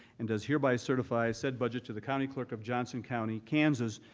and does hereby certify said budget to the county clerk of johnson county, kansas,